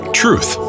truth